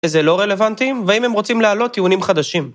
איזה לא רלוונטיים, והאם הם רוצים להעלות טיעונים חדשים.